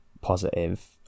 positive